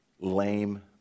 lame